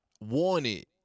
Wanted